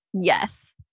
Yes